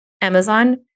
Amazon